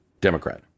Democrat